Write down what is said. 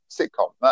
sitcom